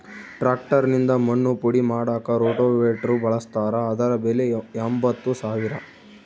tractor ನಿಂದ ಮಣ್ಣು ಪುಡಿ ಮಾಡಾಕ ರೋಟೋವೇಟ್ರು ಬಳಸ್ತಾರ ಅದರ ಬೆಲೆ ಎಂಬತ್ತು ಸಾವಿರ